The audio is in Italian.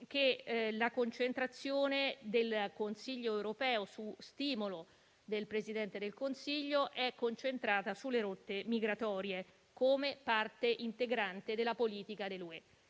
che la l'attenzione del Consiglio europeo, su stimolo del Presidente del Consiglio, è concentrata sulle rotte migratorie, come parte integrante della politica dell'Unione